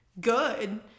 good